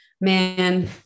man